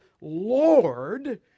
Lord